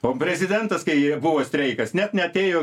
o prezidentas kai buvo streikas net neatėjo